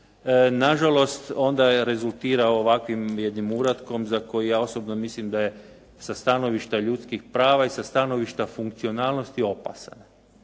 nažalost onda rezultira ovakvim jednim uratkom za koji ja osobno mislim da je sa stanovišta ljudskih prava i sa stanovišta funkcionalnosti, opasan.